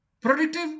productive